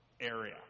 area